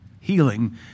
healing